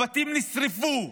הבתים נשרפו,